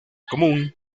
común